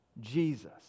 Jesus